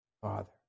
father